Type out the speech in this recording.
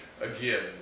again